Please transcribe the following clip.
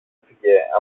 έφυγε